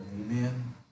Amen